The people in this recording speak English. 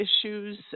issues